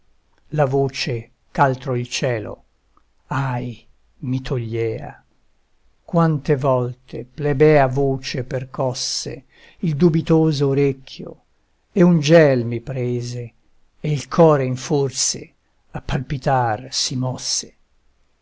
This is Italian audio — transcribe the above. la voce ch'altro il cielo ahi mi togliea quante volte plebea voce percosse il dubitoso orecchio e un gel mi prese e il core in forse a palpitar si mosse